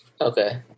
Okay